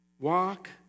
Walk